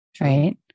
right